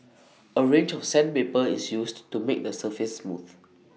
A range of sandpaper is used to make the surface smooth